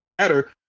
matter